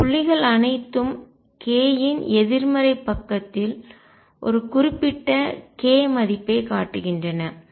இந்த புள்ளிகள் அனைத்தும் k இன் எதிர்மறை பக்கத்தில் ஒரு குறிப்பிட்ட k மதிப்பைக் காட்டுகின்றன